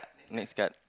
next card